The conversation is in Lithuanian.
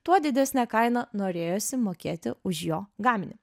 tuo didesnę kainą norėjosi mokėti už jo gaminį